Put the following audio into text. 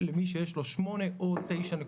כמו שציין עלי בהגינות האופיינית לו,